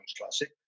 Classic